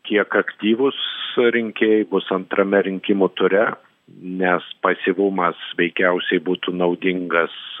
kiek aktyvūs rinkėjai bus antrame rinkimų ture nes pasyvumas veikiausiai būtų naudingas